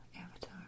Avatar